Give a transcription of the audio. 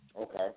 okay